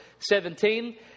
17